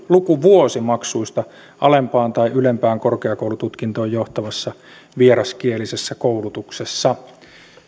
lukuvuosimaksuista alempaan tai ylempään korkeakoulututkintoon johtavassa vieraskielisessä koulutuksessa